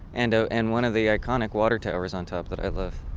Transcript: and and one of the iconic water towers on top that i love.